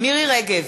מירי רגב,